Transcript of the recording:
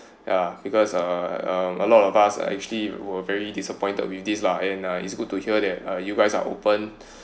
ya because uh uh a lot of us are actually you were very disappointed with this lah and it's good to hear that you guys are open